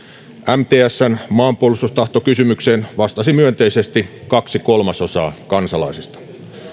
mtsn maanpuolustustahtokysymykseen vastasi myönteisesti kaksi kolmasosaa kansalaisista